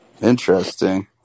Interesting